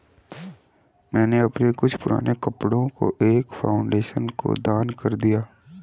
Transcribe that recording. मैंने अपने कुछ पुराने कपड़ो को एक फाउंडेशन को दान कर दिया